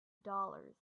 dollars